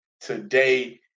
today